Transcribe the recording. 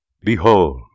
Behold